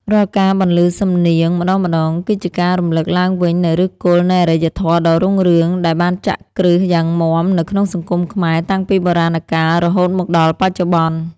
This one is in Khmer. រាល់ការបន្លឺសំនៀងម្តងៗ គឺជាការរំឮកឡើងវិញនូវឫសគល់នៃអរិយធម៌ដ៏រុងរឿង ដែលបានចាក់គ្រឹះយ៉ាងមាំនៅក្នុងសង្គមខ្មែរតាំងពីបុរាណកាលរហូតមកដល់បច្ចុប្បន្ន។